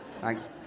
Thanks